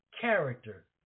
character